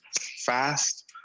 fast